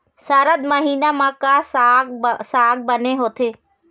सरद महीना म का साक साग बने होथे?